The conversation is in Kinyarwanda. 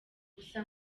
gusa